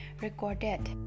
recorded